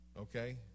Okay